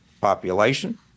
population